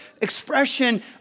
expression